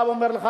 בא ואומר לך,